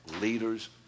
leaders